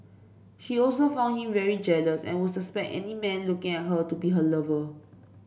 she also found him very jealous and would suspect any man looking at her to be her lover